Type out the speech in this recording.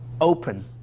open